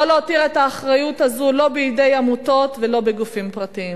לא להותיר את האחריות הזאת לא בידי עמותות ולא בגופים פרטיים.